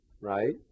right